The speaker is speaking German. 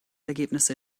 ergebnisse